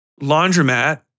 laundromat